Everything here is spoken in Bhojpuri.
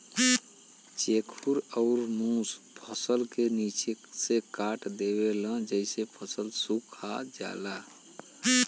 चेखुर अउर मुस फसल क निचे से काट देवेले जेसे फसल सुखा जाला